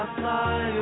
fly